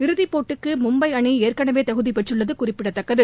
இறுதி போட்டிக்கு மும்பை அணி ஏற்கனவே தகுதி பெற்றுள்ளது குறிப்பிடத்தக்கது